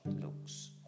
looks